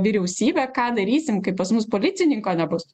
vyriausybė ką darysim kai pas mus policininko nebus